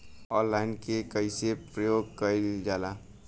Online के कइसे प्रयोग कइल जाला?